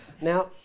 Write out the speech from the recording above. Now